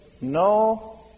no